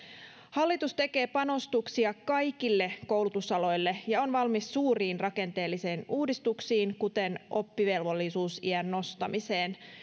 hallitus tekee panostuksia kaikille koulutusaloille ja on valmis suuriin rakenteellisiin uudistuksiin kuten oppivelvollisuusiän nostamiseen